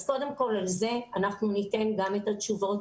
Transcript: אנחנו ניתן גם את התשובות.